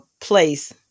place